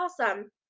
awesome